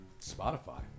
Spotify